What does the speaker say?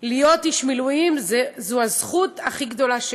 אין תפוצות, יש רק חרד"לים.